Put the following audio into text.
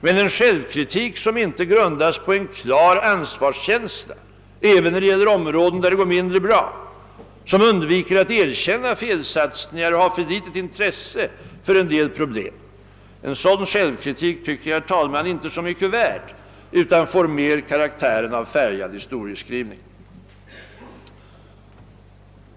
Men en självkritik som inte grundas på en klar ansvarskänsla även när det gäller områden där det går mindre bra, som undviker att erkänna felsatsningar och ägnar för litet intresse åt en del problem, en sådan självkritik tycker jag inte är mycket värd utan mer har karaktären av färgad historieskrivning.